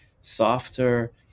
softer